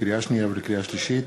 לקריאה שנייה ולקריאה שלישית: